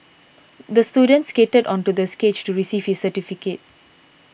the student skated onto the stage to receive his certificate